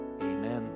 amen